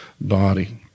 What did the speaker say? body